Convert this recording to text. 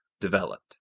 developed